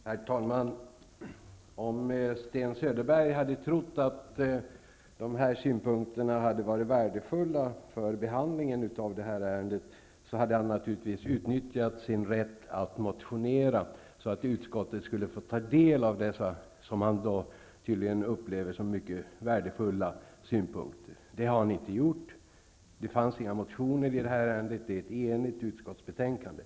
Herr talman! Om Sten Söderberg hade trott att dessa synpunkter hade varit värdefulla för behandlingen av detta ärende, hade han naturligtvis utnyttjat sin rätt att motionera, så att utskottet hade fått ta del av dessa synpunter som han tydligen upplever som mycket värdefulla. Det har han inte gjort. Inga motioner har väckts med anledning av detta ärende. Det är ett enigt utskottsbetänkande.